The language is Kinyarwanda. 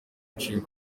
aciye